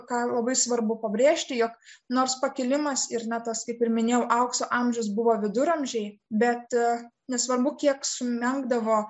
ką labai svarbu pabrėžti jog nors pakilimas ir na tas kaip ir minėjau aukso amžius buvo viduramžiai bet nesvarbu kiek sumenkdavo